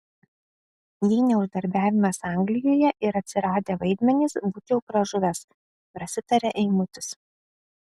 jei ne uždarbiavimas anglijoje ir atsiradę vaidmenys būčiau pražuvęs prasitaria eimutis